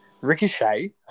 Ricochet